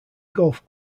golf